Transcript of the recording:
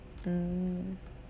mm